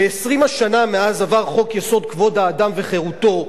ב-20 השנה מאז עבר חוק-יסוד: כבוד האדם וחירותו,